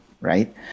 right